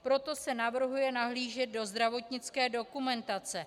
Proto se navrhuje nahlížet do zdravotnické dokumentace.